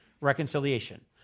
reconciliation